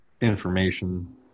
information